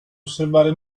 osservare